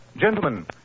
Gentlemen